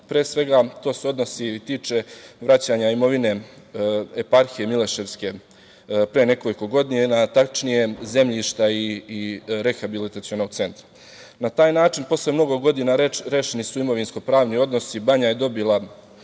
Pre svega, to se odnosi i tiče vraćanja imovine Eparhiji mileševske pre nekoliko godina, tačnije zemljišta i rehabilitacionog centra. Na taj način posle mnogo godina rešeni su imovinsko-pravni odnosi, banja je dobila